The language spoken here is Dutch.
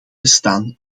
bestaan